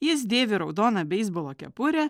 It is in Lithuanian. jis dėvi raudoną beisbolo kepurę